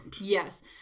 Yes